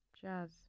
jazz